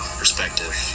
perspective